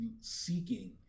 seeking